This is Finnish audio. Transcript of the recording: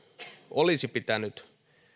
olisi pitänyt